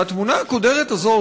והתמונה הקודרת הזאת,